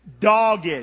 Dogged